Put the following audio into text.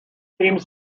teams